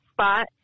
spot